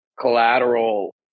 collateral